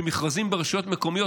שבמכרזים ברשויות מקומיות,